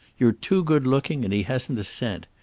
you're too good-looking, and he hasn't a cent.